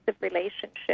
relationship